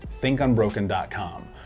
ThinkUnbroken.com